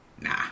nah